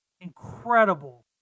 incredible